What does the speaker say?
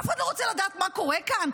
אף אחד לא רוצה לדעת מה קורה כאן?